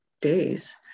days